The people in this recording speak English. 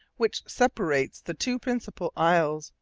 which separates the two principal isles,